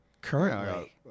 Currently